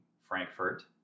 Frankfurt